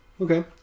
Okay